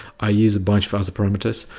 i use a bunch of other parameters.